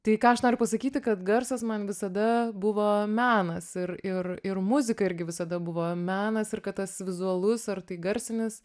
tai ką aš noriu pasakyti kad garsas man visada buvo menas ir ir ir muzika irgi visada buvo menas ir kad tas vizualus ar tai garsinis